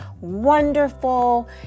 wonderful